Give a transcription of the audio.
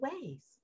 ways